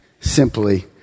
simply